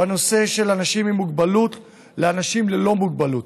בין אנשים עם מוגבלות לאנשים ללא מוגבלות,